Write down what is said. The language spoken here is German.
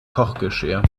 kochgeschirr